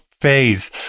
face